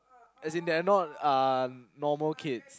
as in they are not uh normal kids